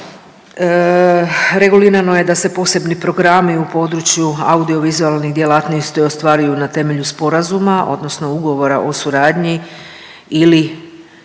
u čl. 10. regulirano je da se posebni programi u području audiovizualnih djelatnosti ostvaruju na temelju sporazuma odnosno ugovora o suradnji ili